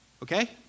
Okay